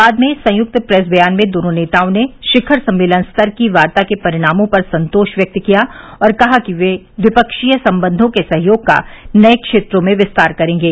बाद में संयुक्त प्रेस बयान में दोनों नेताओं ने शिखर सम्मेलन स्तर की वार्ता के परिणामों पर संतोष व्यक्त किया और कहा कि वे द्विपक्षीय संबंधों के सहयोग का नये क्षेत्रों में विस्तार करेंगे